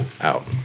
out